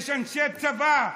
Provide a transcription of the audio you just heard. יש אנשי צבא,